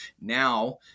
now